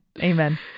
Amen